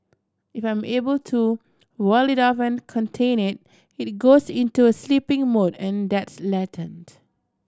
if I am able to wall it off and contain it it goes into a sleeping mode and that's latent